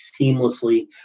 seamlessly